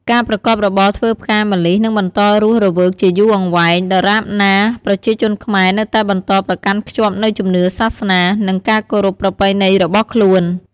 ការប្រកបរបរធ្វើផ្កាម្លិះនឹងបន្តរស់រវើកជាយូរអង្វែង ដរាបណាប្រជាជនខ្មែរនៅតែបន្តប្រកាន់ខ្ជាប់នូវជំនឿសាសនា និងការគោរពប្រពៃណីរបស់ខ្លួន។